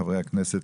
חברי הכנסת,